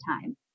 time